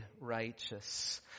righteous